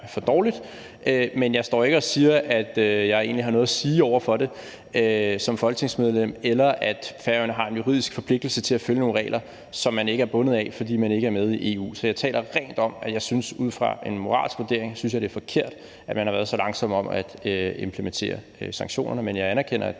for dårligt, men jeg står ikke og siger, at jeg egentlig har noget at sige over for det som folketingsmedlem, eller at Færøerne har en juridisk forpligtelse til at følge nogle regler, som man ikke er bundet af, fordi man ikke er med i EU. Så jeg taler rent om, at jeg synes, at det ud fra en moralsk vurdering er forkert, at man har været så langsom om at implementere sanktionerne. Men jeg anerkender, at